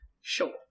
Sure